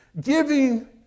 Giving